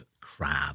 crab